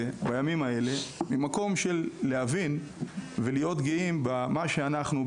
או הימים האלה ממקום של להבין ולהיות גאים במה שאנחנו,